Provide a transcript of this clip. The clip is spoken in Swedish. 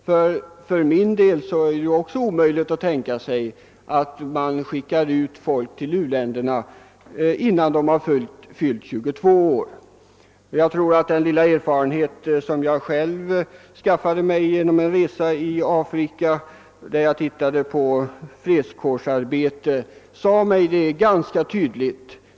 Jag för min del kan knappast tänka mig att sända ut folk till u-länderna innan de fyllt 22 år. Den lilla erfarenhet jag själv skaffat mig under en resa i Afrika och under vilken jag tittade på fredskårsarbetet sade mig detta ganska tydligt.